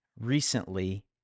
recently